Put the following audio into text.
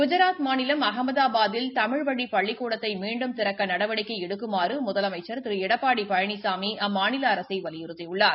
குஜராத் மாநிலம் அமதாபாத்தில் தமிழ்வழி பள்ளிக்கூடத்தை மீண்டும் திறக்க நடவடிவடிக்கை எடுக்குமாறு முதலமைச்ச் திரு எடப்பாடி பழனிசாமி அம்மாநில அரசை வலியுறுத்தியுள்ளார்